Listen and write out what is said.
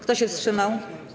Kto się wstrzymał?